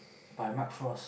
by Mark Frost